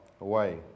away